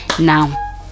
now